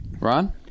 Ron